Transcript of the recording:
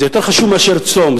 זה יותר חשוב מאשר צום,